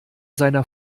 seiner